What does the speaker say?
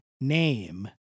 name